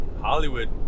Hollywood